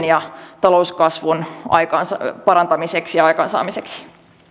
ja talouskasvun parantamiseksi ja aikaansaamiseksi